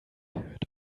hört